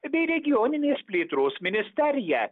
bei regioninės plėtros ministerija